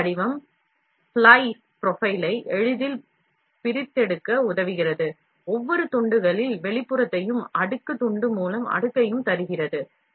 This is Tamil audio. கோப்பு வடிவம் ஸ்லைஸ் profile ஐ எளிதில் பிரித்தெடுக்க உதவுகிறது ஒவ்வொரு துண்டுகளின் வெளிப்புறத்தையும் அடுக்கு துண்டு மூலம் அடுக்கையும் தருகிறது